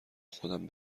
خودم